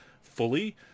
fully